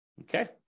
Okay